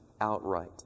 outright